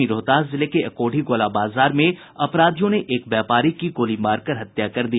वहीं रोहतास जिले के अकोढ़ी गोला बाजार में अपराधियों ने एक व्यापारी की गोली मारकर हत्या कर दी